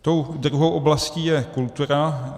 Tou druhou oblastí je kultura.